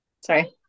sorry